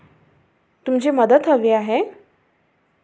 तुमची मदत हवी आहे